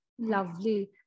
Lovely